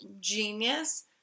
genius